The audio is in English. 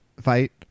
fight